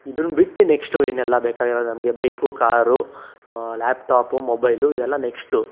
ಇದನ್ಬಿಟ್ಟು next ಇನ್ನೆಲ್ಲ ಬೇಕಾಗಿರೋದು ನಮಗೆ ಬೈಕು ಕಾರು ಲ್ಯಾಪ್ಟಾಪು ಮೊಬೈಲು ಇದೆಲ್ಲ ನೆಕ್ಷ್ಟು